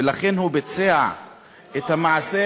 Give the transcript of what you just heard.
ולכן הוא ביצע את המעשה,